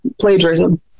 plagiarism